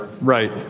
right